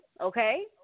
okay